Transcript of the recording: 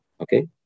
okay